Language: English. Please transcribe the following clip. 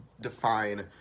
define